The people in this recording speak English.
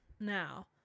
now